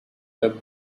web